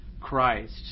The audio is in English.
Christ